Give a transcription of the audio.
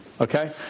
Okay